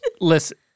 Listen